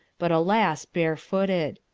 but, alas, bare-footed.